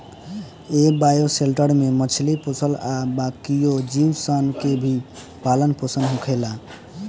ए bioshelter में मछली पोसल आ बाकिओ जीव सन के भी पालन पोसन होखेला